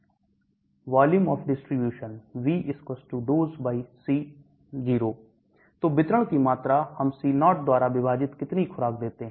Volume of distribution V DoseC0 तो वितरण की मात्रा हम C0 द्वारा विभाजित कितनी खुराक देते हैं